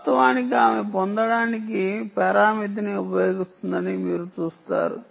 వాస్తవానికి ఆమె పొందడానికి పరామితిని ఉపయోగిస్తుందని మీరు చూస్తారు